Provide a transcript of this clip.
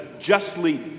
justly